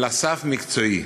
אלא סף מקצועי.